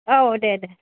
औ दे दे